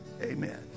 amen